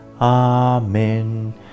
amen